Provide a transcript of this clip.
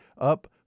up